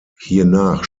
hiernach